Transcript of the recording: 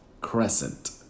Crescent